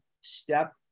step